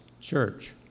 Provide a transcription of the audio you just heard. church